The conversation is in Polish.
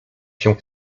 się